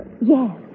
Yes